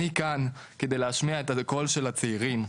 אני כאן כדי להשמיע את הקול של הצעירים,